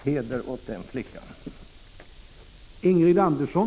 Heder åt den flickan!